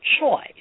choice